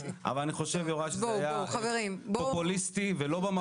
אני חושב שזה היה פופוליסטי ולא במקום,